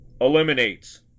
eliminates